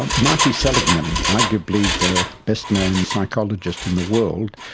ah marty seligman, arguably the best known psychologist in the world,